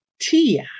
tia